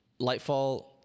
lightfall